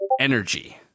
energy